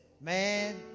Man